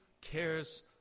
cares